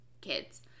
kids